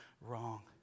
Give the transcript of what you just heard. wrong